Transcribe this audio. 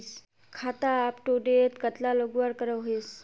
खाता अपटूडेट कतला लगवार करोहीस?